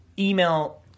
email